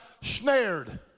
snared